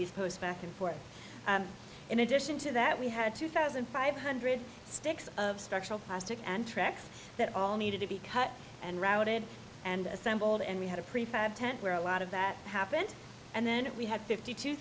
these posts back and forth in addition to that we had two thousand five hundred sticks of structural plastic and tracks that all needed to be cut and routed and assembled and we had a prefab tent where a lot of that happened and then we had fifty two